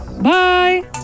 Bye